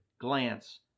glance